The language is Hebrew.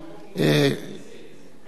אנחנו נעשה הפסקה עד שהם ישיבו.